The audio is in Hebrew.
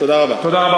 תודה רבה.